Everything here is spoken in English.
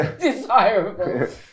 desirable